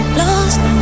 lost